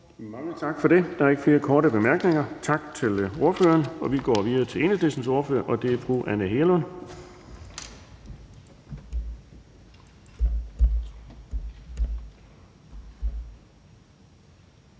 Mange tak for det. Der er ikke flere korte bemærkninger. Tak til ordføreren. Vi går videre til Enhedslistens ordfører, og det er fru Anne Hegelund.